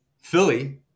Philly